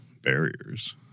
barriers